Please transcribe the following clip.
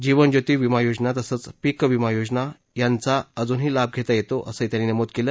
जीवन ज्योती विमा योजना तसंच पीक विमा योजना यांचा अजूनही लाभ घेता येतो असं त्यांनी नमूद केलं